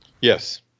Yes